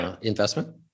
investment